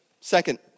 second